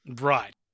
Right